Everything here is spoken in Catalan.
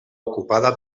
ocupada